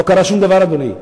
לא קרה שום דבר, אדוני.